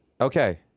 Okay